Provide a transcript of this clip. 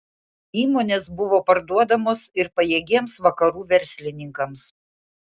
įmonės buvo parduodamos ir pajėgiems vakarų verslininkams